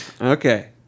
Okay